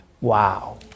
Wow